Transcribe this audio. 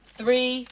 three